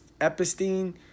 Epstein